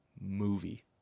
movie